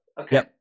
Okay